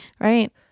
right